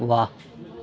वाह